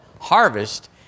harvest